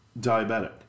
diabetic